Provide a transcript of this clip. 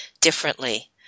differently